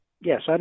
Yes